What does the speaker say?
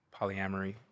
polyamory